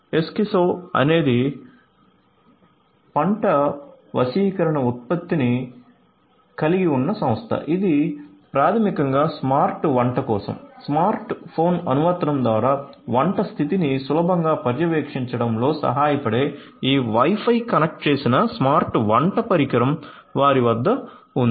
ఎస్కెసో connect చేసిన smart వంట పరికరం వారి వద్ద ఉంది